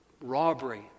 robbery